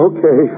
Okay